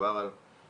מדובר על תרבות,